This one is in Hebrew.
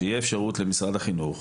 שיהיה אפשרות למשרד החינוך,